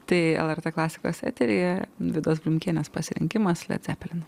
tai lrt klasikos eteryje vidos blinkienės pasirinkimas led zeppelin